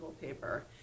paper